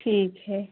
ठीक है